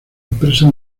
empresa